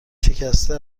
شکسته